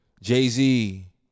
jay-z